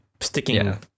sticking